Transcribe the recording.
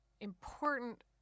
important